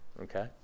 okay